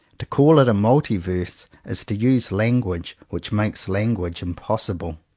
to call it a multiverse is to use language which makes language impossible.